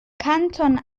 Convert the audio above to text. kanton